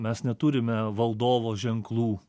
mes neturime valdovo ženklų